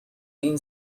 این